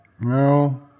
No